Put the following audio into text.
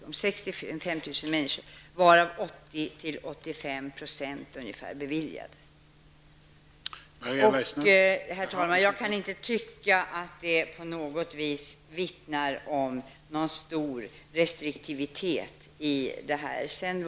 Av de 65 000 ansökningarna beviljades 80--85 %. Herr talman! Jag kan inte tycka att det på något sätt vittnar om någon stor restriktivitet i det här avseendet.